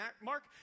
Mark